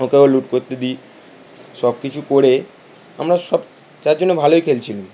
ওকেও লুট করতে দিই সব কিছু করে আমরা সব চারজনে ভালোই খেলছিলাম